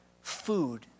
food